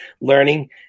learning